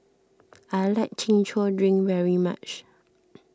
I like Chin Chow Drink very much